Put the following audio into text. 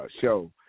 show